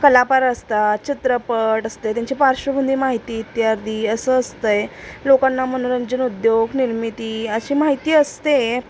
कलापार असतात चित्रपट असते त्यांची पार्श्वभूमी माहिती इत्यादी असं असतंय लोकांना मनोरंजन उद्योग निर्मिती अशी माहिती असते